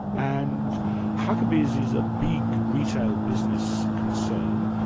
and huckabees is a big retail business concern.